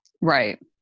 Right